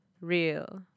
real